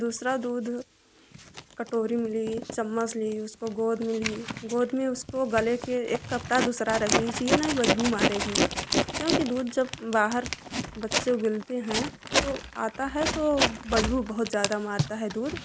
दूसरा दूध कटोरी में ली चम्मच ली उसको गोद में ली गोद में उसको गले के एक कपड़ा दूसरा रख लीजिए नहीं बदबू मारेगी क्योंकि दूध जब बाहर बच्चे उगेलते हैं तो आता है तो बदबू बहुत ज़्यादा मारता है दूध